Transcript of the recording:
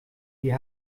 wir